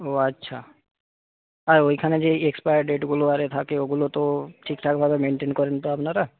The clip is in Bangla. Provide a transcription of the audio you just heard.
ও আচ্ছা আর ওইখানে যে এক্সপায়ার ডেটগুলো থাকে ওগুলো তো ঠিকঠাকভাবে মেন্টেন করেন তো আপনারা